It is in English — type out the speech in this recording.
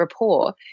rapport